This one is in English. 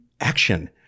action